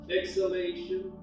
Exhalation